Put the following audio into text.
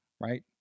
right